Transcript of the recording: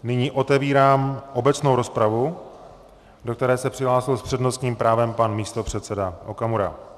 Nyní otevírám obecnou rozpravu, do které se přihlásil s přednostním právem pan místopředseda Okamura.